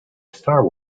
star